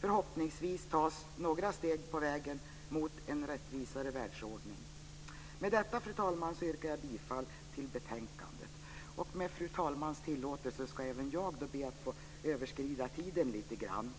Förhoppningsvis tas några steg på vägen mot en rättvisare världsordning. Med detta, fru talman, yrkar jag bifall till förslaget i betänkandet. Med fru talmans tillåtelse ska även jag överskrida talartiden lite grann.